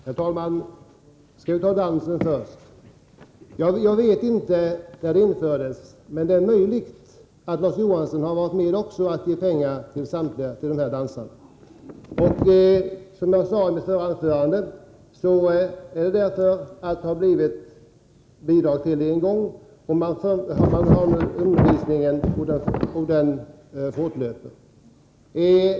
Herr talman! Jag tar dansen först. Jag vet inte när stödet infördes, men det är möjligt att också Larz Johansson har varit med om att ge pengar till denna dansarutbildning. Som jag sade i mitt förra anförande har det en gång bestämts att bidrag skulle ges, och undervisningen fortlöper nu.